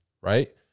Right